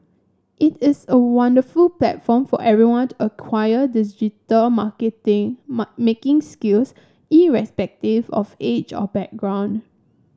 it is a wonderful platform for everyone to acquire digital marketing making skills irrespective of age or background